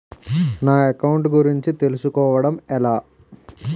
నా అకౌంట్ గురించి తెలుసు కోవడం ఎలా?